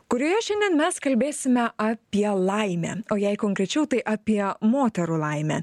kurioje šiandien mes kalbėsime apie laimę o jei konkrečiau tai apie moterų laimę